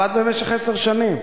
עבד במשך עשר שנים.